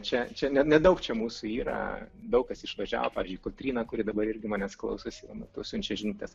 čia čia nedaug čia mūsų yra daug kas išvažiavo pavyzdžiui kotryna kuri dabar irgi manęs klausosi matau siunčia žinutes